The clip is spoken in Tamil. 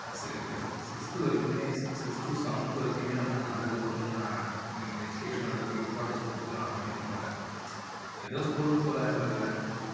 ஃபிப் சிக்ஸ்த்து வரைக்குமே சிக்ஸ் டூ செவன்த்து வரைக்குமே வந்து நான் அந்தளவுக்கு வந்து நான் எஜிகேஷனுக்கு அந்தளவுக்கு இம்பார்ட்டண்ட்ஸ் கொடுத்து நான் படிக்கமாட்டேன் எதோ ஸ்கூலுக்கு போறேன் வருவேன்